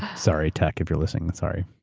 sorry, tech, if you're listening, sorry.